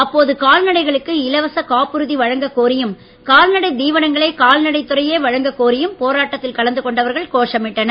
அப்போது கால்நடைகளுக்கு இலவச காப்புறுதி வழங்கக் கோரியும் கால்நடை தீவனங்களை கால்நடை துறையே வழங்கக் கோரியும் போராட்டத்தில் கலந்து கொண்டவர்கள் கோஷமிட்டனர்